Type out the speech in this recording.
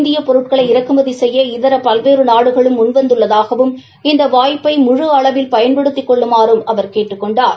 இந்தியப் பொருட்களை இறக்குமதி செய்ய இதர பல்வேறு நாடுகளும் முன்வந்துள்ளதாகவும் இந்த வாய்ப்பை முழு அளவில் பயன்படுத்திக் கொள்ளுமாறும் அவர் கேட்டுக் கொண்டார்